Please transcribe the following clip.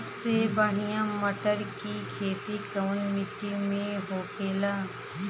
सबसे बढ़ियां मटर की खेती कवन मिट्टी में होखेला?